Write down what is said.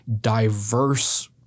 diverse